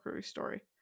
story